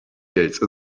case